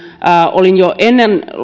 olin jo ennen